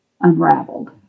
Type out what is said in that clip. unraveled